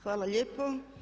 Hvala lijepo.